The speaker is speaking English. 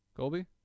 Colby